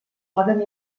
poden